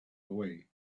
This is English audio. away